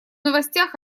новостях